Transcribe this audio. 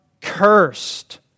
cursed